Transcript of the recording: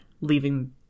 leaving